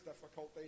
difficulty